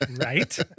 Right